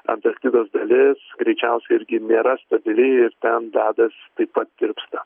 antarktidos dalis greičiausiai irgi nėra stabili ir ten ledas taip pat tirpsta